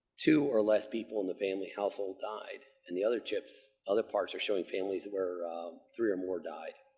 two or less people in the family household died, and the other chip, so other parts are showing families where three or more died.